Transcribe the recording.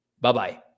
Bye-bye